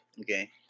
Okay